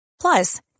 Plus